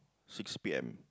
six P M